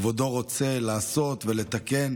כבודו רוצה לעשות ולתקן,